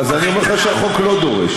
אז אני אומר לך שהחוק לא דורש.